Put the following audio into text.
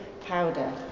powder